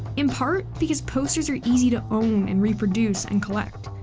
in part because posters are easy to own and reproduce and collect.